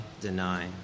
deny